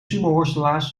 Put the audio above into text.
sumoworstelaars